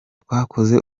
twakoze